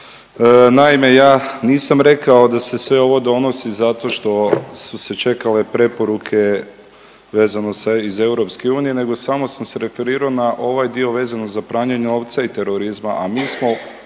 Naime, ja nisam rekao da se sve ovo donosi zato što su se čekale preporuke vezano sa iz EU nego samo sam se referirao na ovaj dio vezano za pranje novca i terorizma, a mi smo